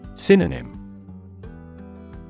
Synonym